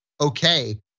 okay